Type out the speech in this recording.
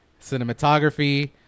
cinematography